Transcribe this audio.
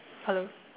hello